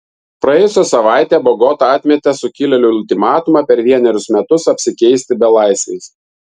praėjusią savaitę bogota atmetė sukilėlių ultimatumą per vienerius metus apsikeisti belaisviais